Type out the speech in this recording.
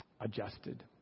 adjusted